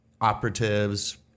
operatives